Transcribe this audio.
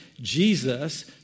Jesus